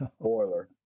boiler